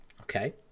okay